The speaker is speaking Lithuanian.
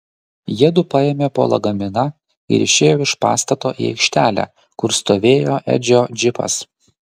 jiedu paėmė po lagaminą ir išėjo iš pastato į aikštelę kur stovėjo edžio džipas